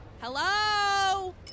Hello